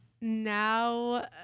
now